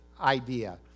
idea